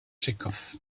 tchekhov